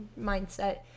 mindset